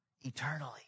eternally